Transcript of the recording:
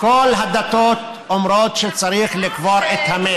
כל הדתות אומרות שצריך לקבור את המת.